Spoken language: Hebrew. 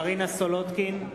(קורא בשמות חברי הכנסת) מרינה סולודקין,